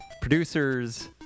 Producers